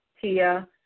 Tia